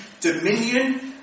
dominion